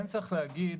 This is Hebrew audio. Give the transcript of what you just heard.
צריך להגיד,